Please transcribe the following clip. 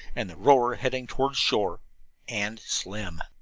and the rower heading toward shore and slim.